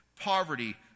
poverty